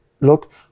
look